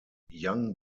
young